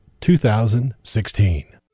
2016